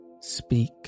Speak